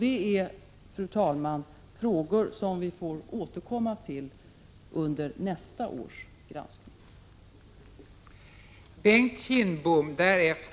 Det är, fru talman, frågor som vi får återkomma till under nästa års granskning.